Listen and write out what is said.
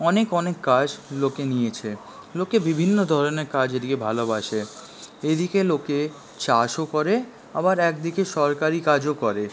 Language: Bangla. অনেক অনেক কাজ লোকে নিয়েছে লোকে বিভিন্ন ধরণের কাজ নিতে ভালোবাসে এদিকে লোকে চাষও করে আবার একদিকে সরকারি কাজও করে